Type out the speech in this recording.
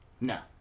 No